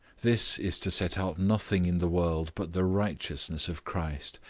this is to set out nothing in the world but the righteousness of christ,